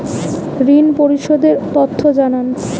ঋন পরিশোধ এর তথ্য জানান